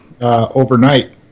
overnight